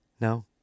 No